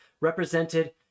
represented